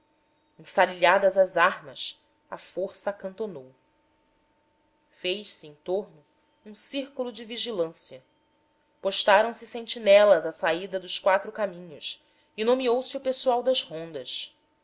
ensarilhadas as armas a força acantonou fez-se em torno um círculo de vigilância postaram se sentinelas à saída dos quatro caminhos e nomeou se pessoal das rondas